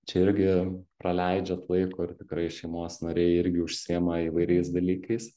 čia irgi praleidžiat laiko ir tikrai šeimos nariai irgi užsiema įvairiais dalykais